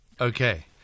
Okay